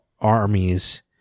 armies